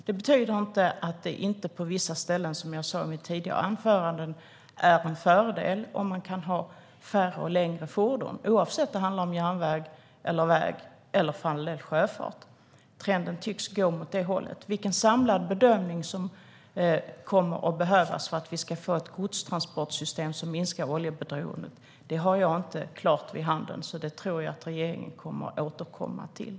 Det betyder inte att det inte på vissa ställen, som jag sa tidigare, är en fördel om man kan ha färre och längre fordon, oavsett om det handlar om väg, järnväg eller sjöfart. Trenden tycks gå åt det hållet. Vilken samlad bedömning som görs av hur vi ska få ett godstransportsystem som minskar oljeberoendet har jag inte svar på än. Det tror jag att regeringen kommer att återkomma till.